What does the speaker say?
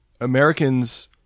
Americans